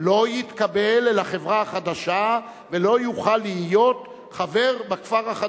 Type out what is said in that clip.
לא יתקבל לחברה החדשה ולא יוכל להיות חבר בכפר החדש.